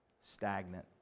stagnant